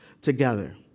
together